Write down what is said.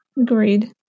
Agreed